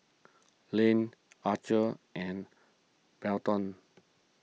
Layne Archer and Belton